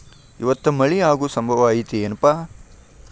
ಇವತ್ತ ಮಳೆ ಆಗು ಸಂಭವ ಐತಿ ಏನಪಾ?